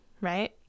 right